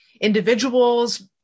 individuals